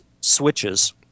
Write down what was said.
switches